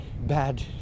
bad